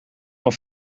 van